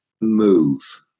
move